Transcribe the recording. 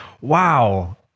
wow